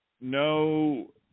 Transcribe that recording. no